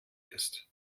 ist